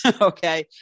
okay